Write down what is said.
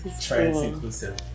trans-inclusive